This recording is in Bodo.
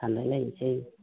थालायलायनोसै